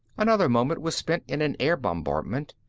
another moment was spent in an air bombardment.